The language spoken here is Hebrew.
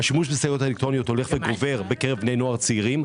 אלקטרוניות הולך וגובר בקרב בני נוער צעירים.